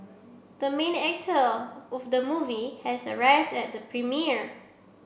the main actor of the movie has arrived at the premiere